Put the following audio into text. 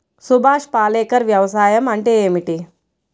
సుభాష్ పాలేకర్ వ్యవసాయం అంటే ఏమిటీ?